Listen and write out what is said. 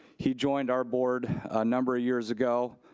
he joined our board a number of years ago,